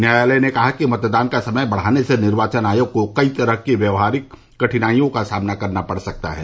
न्यायालय ने कहा कि मतदान का समय बढ़ाने से निर्वाचन आयोग को कई तरह की व्यवहारिक कठिनाइयों का सामना करना पड़ सकता है